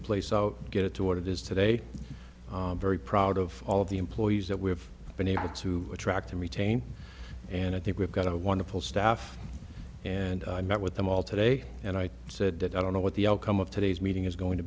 the place out and get it to what it is today very proud of all of the employees that we have been able to attract and retain and i think we've got a wonderful staff and i met with them all today and i said that i don't know what the outcome of today's meeting is going to